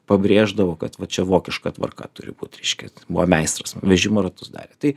pabrėždavo kad va čia vokiška tvarka turi būt reiškia buvo meistras vežimo ratus darė tai